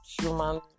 human